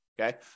Okay